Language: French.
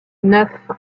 neuf